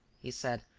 he said,